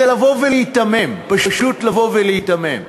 זה לבוא ולהיתמם, פשוט לבוא ולהיתמם.